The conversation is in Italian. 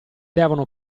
devono